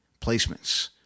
placements